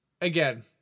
again